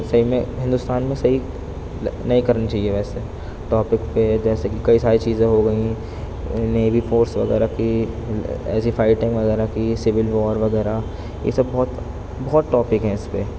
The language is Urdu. صحیح میں ہندوستان میں نہیں کرنا چاہیے ویسے ٹاپک پہ جیسے کہ کئی ساری چیزیں ہو گئیں نیوی فورس وغیرہ کی ایسی فائٹنگ وغیرہ کی سول وار وغیرہ یہ سب بہت بہت ٹاپک ہیں اس پہ